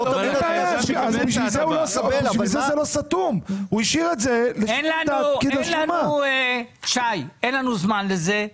שי, אין לנו זמן לזה.